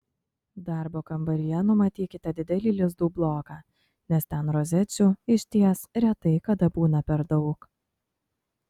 darbo kambaryje numatykite didelį lizdų bloką nes ten rozečių išties retai kada būna per daug